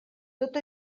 tot